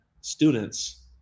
students